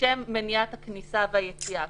לשם מניעת הכניסה והיציאה.